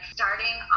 starting